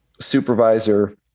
supervisor